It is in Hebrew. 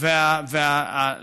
בקריאה טרומית.